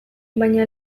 baina